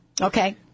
Okay